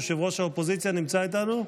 ראש האופוזיציה נמצא איתנו?